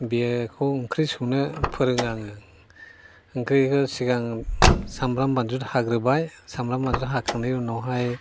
बिखौ ओंख्रि संनो फोरोङो आङो ओंख्रिखौ सिगां सामब्राम फानलु हाग्रोबाय सामब्राम बानलु हाखांनायनि उनावहाय